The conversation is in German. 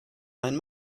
mein